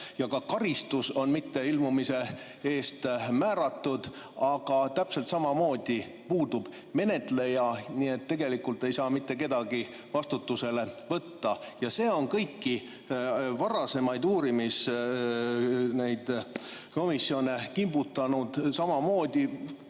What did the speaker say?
Ka karistus on mitteilmumise eest määratud, aga täpselt samamoodi puudub menetleja, nii et tegelikult ei saa mitte kedagi vastutusele võtta. See on kõiki varasemaid uurimiskomisjone kimbutanud. Samamoodi